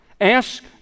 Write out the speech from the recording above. Ask